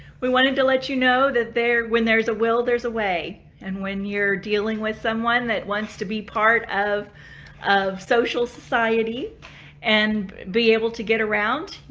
we wanted to let you know that there, when there's a will there's a way and when you're dealing with someone that wants to be part of of social society and be able to get around,